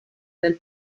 del